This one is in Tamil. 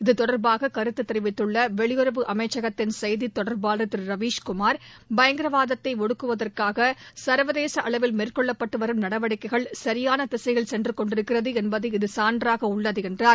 இது தொடர்பாக கருத்து தெரிவித்துள்ள வெளியுறவு அமைச்சகத்தின் செய்தி தொடர்பாளர் திரு ரவீஷ் குமார் பயங்கரவாதத்தை ஒடுக்குவதற்காக சர்வதேச அளவில் மேற்கொள்ளப்பட்டு வரும் நடவடிக்கைகள் சரியான திசையில் சென்று கொண்டிருக்கிறது என்பது இது சான்றாக உள்ளது என்றார்